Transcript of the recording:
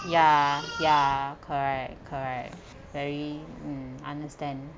ya ya correct correct very mm understand